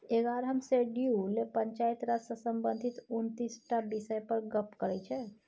एगारहम शेड्यूल पंचायती राज सँ संबंधित उनतीस टा बिषय पर गप्प करै छै